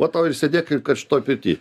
va tau ir sėdėk ir karštoj pirty